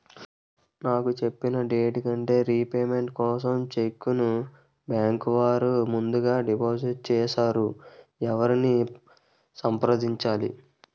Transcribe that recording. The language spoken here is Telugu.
నాకు చెప్పిన డేట్ కంటే లోన్ రీపేమెంట్ కోసం చెక్ ను బ్యాంకు వారు ముందుగా డిపాజిట్ చేసారు ఎవరిని సంప్రదించాలి?